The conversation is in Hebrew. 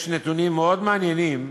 יש נתונים מאוד מעניינים,